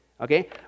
Okay